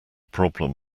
problem